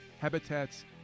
habitats